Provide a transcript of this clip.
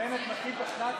בנט מתחיל את השנ"ץ,